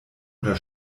oder